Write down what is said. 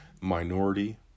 minority